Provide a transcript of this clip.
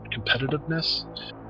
competitiveness